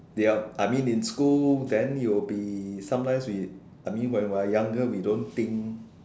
yup I mean in school then we'll be sometimes we I mean when we are younger we don't think